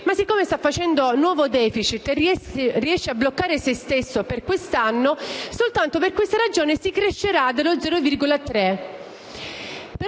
ma siccome sta facendo nuovo *deficit* e riesce a bloccare se stesso per quest'anno, soltanto per questa ragione si crescerà dello 0,3